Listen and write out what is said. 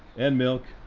and milk.